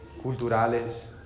culturales